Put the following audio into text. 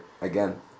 Again